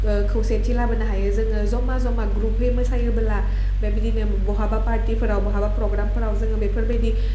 खौसेथि लाबोनो हायो जोङो जमा जमा ग्रुपै मोसायोबोला बेबायदिनो बहाबा पार्टिफोराव बहाबा प्रग्रामफोराव जोङो बेफोरबायदि